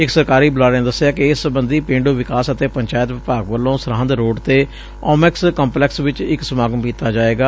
ਇਕ ਸਰਕਾਰੀ ਬੁਲਾਰੇ ਨੇ ਦਸਿਐ ਕਿ ਇਸ ਸਬੰਧੀ ਪੇਂਡੁ ਵਿਕਾਸ ਅਤੇ ਪੰਚਾਇਤ ਵਿਭਾਗ ਵੱਲੋਂ ਸਰਹੰਦ ਰੋਡ ਤੇ ਓਮੈਕਸ ਕੰਪਲੈਕਸ ਚ ਇਕ ਸਮਾਗਮ ਕੀਤਾ ਜਾਏਗਾ